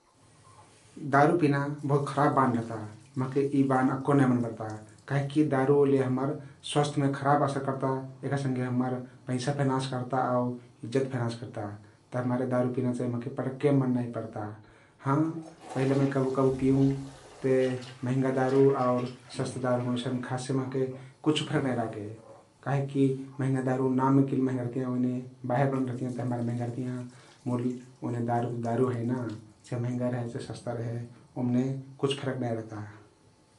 दरु पिना बहुत खराब बान रहता । महके यी बान अक्को नाई मन पर्ता काहिकी दरुले हम्मर स्वास्थ्यमे खराब असर कर्ता । यहका सँघे हम्मर पैसा फे नाश कर्ता आउ इज्जत फे नाश कर्ता । तभिमारे दारु पिना चाहि महके पटक्के मन नाई पर्ता । हाँ पहिले मै कबु कबु पिउँ ते महँगा दारु आउर सस्ता दारुम उइसन खसे महके कुछ फरक नाई लागे काहिकी महँगा दारु नाममे किल महँगा रहतियाँ । ओइने बाहिर बहिर बनल रहतियाँ तभिमारे महँगा रहतियाँ मुल ओइने दारु ते दरु हैं ना महँगा रहे चहे सस्ता रहे ओमने कुछ फरक नाई रहतियाँ ।